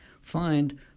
find